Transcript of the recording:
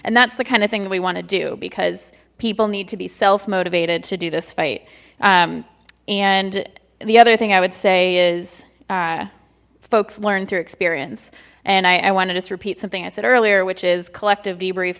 and that's the kind of thing we want to do because people need to be self motivated to do this fight and the other thing i would say is folks learn through experience and i want to just repeat something i said earlier which is collective debrief